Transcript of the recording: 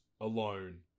alone